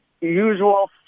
usual